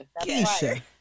Keisha